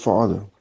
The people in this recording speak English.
Father